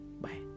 Bye